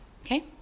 Okay